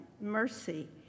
mercy